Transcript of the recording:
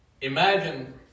Imagine